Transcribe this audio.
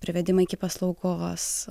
privedimą iki paslaugos